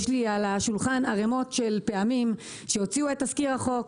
יש לי על השולחן ערימות של פעמים שהוציאו את תזכיר החוק,